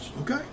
Okay